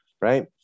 right